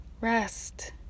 rest